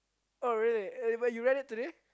oh really uh but you read it today